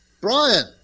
Brian